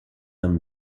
and